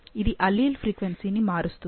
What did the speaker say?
ఇది allele frequency ని మారుస్తుంది